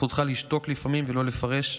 וזכותך לשתוק לפעמים ולא לפרש.